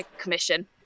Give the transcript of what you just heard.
commission